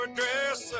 dress